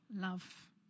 Love